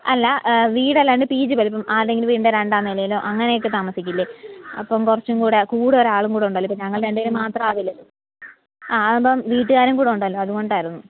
അല്ല വീട് അല്ലാണ്ട് പി ജി പോലെ ഇപ്പം ആരുടെ എങ്കിലും വീടിൻ്റെ രണ്ടാം നിലയിലോ അങ്ങനെയൊക്കെ താമസിക്കില്ലെ അപ്പം കുറച്ചും കൂടെ കൂടെ ഒരാളും കൂടെ ഉണ്ടല്ലോ ഇപ്പം ഞങ്ങൾ രണ്ടു പേരും മാത്രം ആവില്ലല്ലോ ആ അപ്പം വീട്ടുകാരും കൂടെ ഉണ്ടല്ലോ അതുകൊണ്ടായിരുന്നു